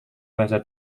bahasa